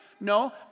No